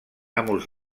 amos